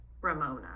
Ramona